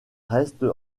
restent